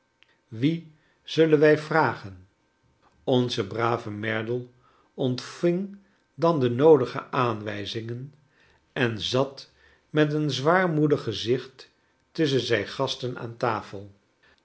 wie zullen wij vragen onze brave merdle ontving dart de noodige aanwijzingen en zat met een zwaarmoedig gezicht tusschen zijn gasten aan tafel